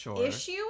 issue